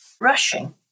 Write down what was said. rushing